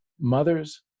mothers